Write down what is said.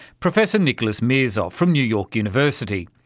professor nicholas mirzoeff from new york university.